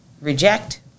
reject